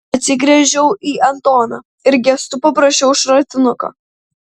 atsigręžiau į antoną ir gestu paprašiau šratinuko